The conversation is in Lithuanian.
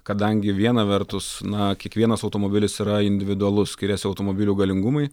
kadangi viena vertus na kiekvienas automobilis yra individualus skiriasi automobilių galingumai